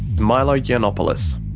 milo yiannopoulos.